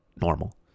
normal